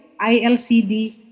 ILCD